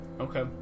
okay